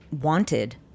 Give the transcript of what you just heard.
wanted